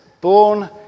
born